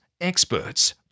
experts